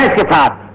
get get up.